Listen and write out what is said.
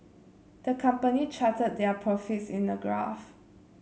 the company charted their profits in a graph